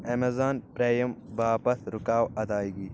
Amazon prime باپتھ رُکاو ادایگی